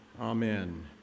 Amen